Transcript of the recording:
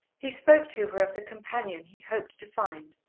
he spoke to her of the companion he hoped to find,